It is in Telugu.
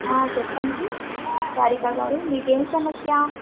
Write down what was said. చెప్పండి సారిక గారు మీకు ఏమి సమస్య